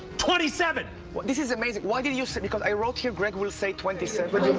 twenty seven! this is amazing, why did you say, because i wrote here greg will say twenty seven.